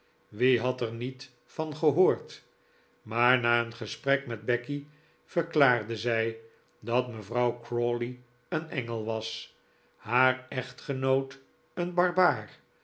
wie had er niet van gehoord maar na een gesprek met becky verklaarde zij dat mevrouw crawley een engel was haar echtgenoot een barbaar